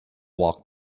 walk